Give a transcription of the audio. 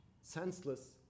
senseless